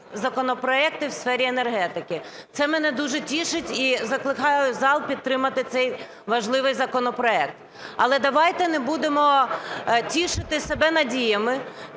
законопроекти в сфері енергетики. Це мене дуже тішить і закликаю зал підтримати цей важливий законопроект. Але давайте не будемо тішити себе надіями,